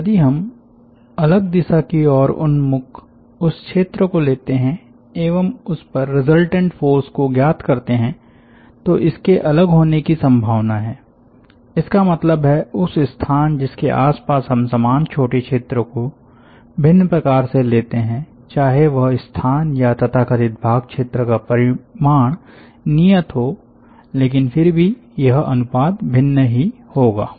तो यदि हम अलग दिशा की ओर उन्मुख उस क्षेत्र को लेते हैं एवं उस पर रिजल्टैंट फ़ोर्स को ज्ञात करते है तो इसके अलग होने की संभावना है इसका मतलब है उस स्थान जिसके आसपास हम समान छोटे क्षेत्र को भिन्न प्रकार से लेते है चाहे वह स्थान या तथाकथित भाग क्षेत्र का परिमाण नियत हो लेकिन फिर भी यह अनुपात भिन्न ही होगा